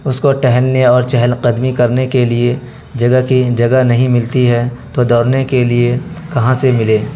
اس کو ٹہلنے اور چہل قدمی کرنے کے لیے جگہ کی جگہ نہیں ملتی ہے تو دوڑنے کے لیے کہاں سے ملے